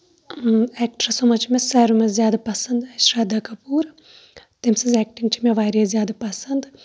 ایٚکٹرسو منٛز چھِ مےٚ سارِوٕے منٛز زیادٕ پَسند شردھا کپور تٔمۍ سٕنٛز ایٚکٹِنٛگ چھےٚ مےٚ واریاہ زیادٕ پَسنٛد